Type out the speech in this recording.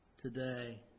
today